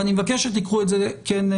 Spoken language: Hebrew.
אני מבקש שכן תיקחו את זה בחשבון.